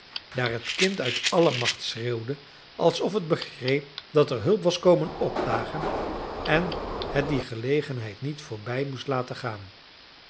daar het kind uit alle macht schreeuwde alsof het begreep dat er hulp was komen opdagen en het die gelegenheid niet voorbij moest laten gaan